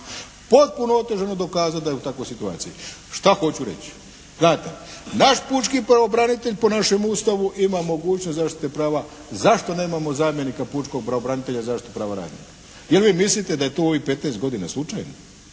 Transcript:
potpuno otežano dokazati da je u takvoj situaciji. Šta hoću reći? Znate naš pučki pravobranitelj po našem Ustavu ima mogućnost zaštite prava, zašto nemamo zamjenika pučkog pravobranitelja u zaštiti prava radnika? Je li vi mislite da je to u ovih 15 godina slučajno?